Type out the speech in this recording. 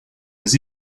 was